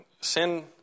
sin